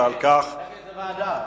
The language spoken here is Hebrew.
איזה ועדה?